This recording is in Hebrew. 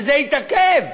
וזה התעכב,